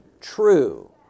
true